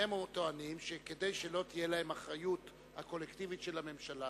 והם טוענים שכדי שלא תהיה להם אחריות קולקטיבית של הממשלה,